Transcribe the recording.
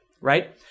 right